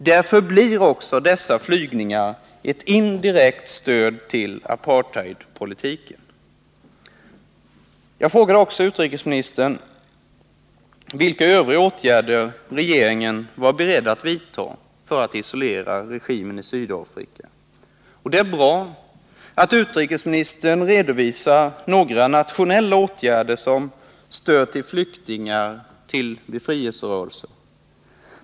På grund härav blir också dessa flygningar ett indirekt stöd för apartheidpolitiken. Jag frågade även utrikesministern vilka övriga åtgärder regeringen var beredd att vidta för att isolera regimen i Sydafrika. Det är bra att utrikesministern redovisar några nationella åtgärder som stöd till flyktingar och befrielserörelser.